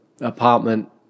apartment